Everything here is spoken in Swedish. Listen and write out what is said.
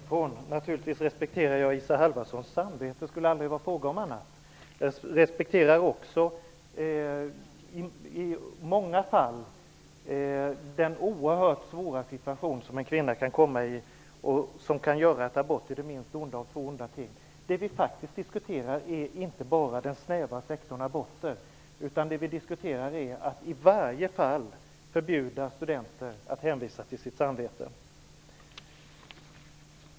Herr talman! Naturligtvis respekterar jag Isa Halvarssons samvete. Det skulle aldrig vara fråga om annat. Jag respekterar också att en kvinna kan komma i den oerhört svåra situationen att abort är det minst onda av två onda ting. Det vi faktiskt diskuterar är inte bara den snäva sektorn aborter, utan det vi diskuterar är att i varje fall förbjuda studenter att hänvisa till sitt samvete.